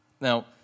Now